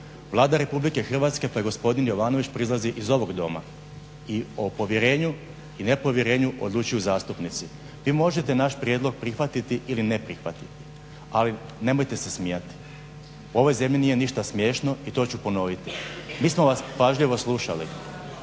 Vlada Republike Hrvatske pa i gospodin Jovanović proizlazi iz ovog Doma i o povjerenju i nepovjerenju odlučuju zastupnici. Vi možete naš prijedlog prihvatiti ili ne prihvatiti. Ali nemojte se smijati. U ovoj zemlji nije ništa smiješno i to ću ponoviti. Mi smo vas pažljivo slušali.